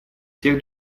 всех